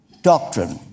doctrine